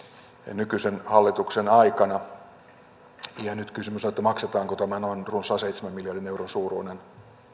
nykyisen hallituksen aikana nyt kysymys on siitä maksetaanko tämä runsaan seitsemän miljardin euron suuruinen